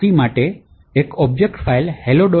c માટે એક object file hello